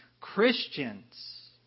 Christians